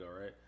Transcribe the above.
right